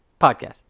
Podcast